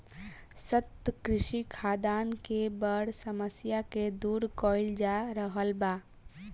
सतत कृषि खाद्यान के बड़ समस्या के दूर कइल जा रहल बा